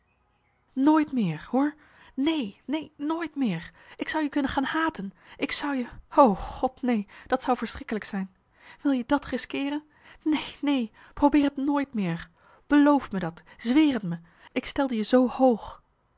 nooit meer hoor neen neen nooit meer ik zou je kunnen gaan haten ik zou je o god neen dat zou verschrikkelijk zijn wil je dat riskeeren neen neen probeer t nooit meer beloof me dat zweer t me ik stelde je zoo hoog